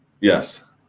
Yes